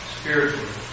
spiritually